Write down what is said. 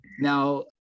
Now